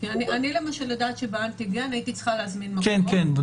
כאשר יש יותר בדיקות,